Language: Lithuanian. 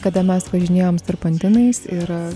kada mes važinėjom serpantinais ir